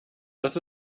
dies